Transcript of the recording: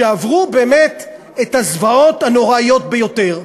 שעברו באמת את הזוועות הנוראות ביותר.